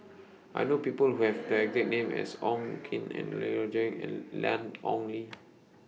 I know People Who Have The exact name as Wong Keen and and Ian Ong Li